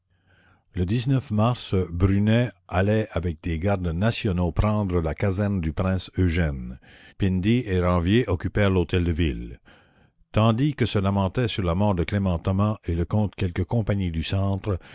e mars brunet alla avec des gardes nationaux prendre la caserne du prince eugène pindy et ranvier occupèrent lhôtelde ville tandis que se lamentaient sur la mort de clément thomas et lecomte quelques compagnies du centre